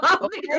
Okay